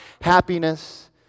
happiness